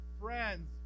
friends